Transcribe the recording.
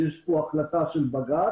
שיש פה החלטה של בג"ץ